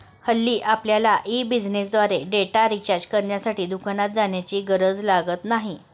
हल्ली आपल्यला ई बिझनेसद्वारे डेटा रिचार्ज करण्यासाठी दुकानात जाण्याची गरज लागत नाही